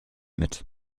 mit